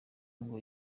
ngo